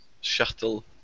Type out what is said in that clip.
shuttle